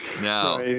Now